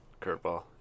Curveball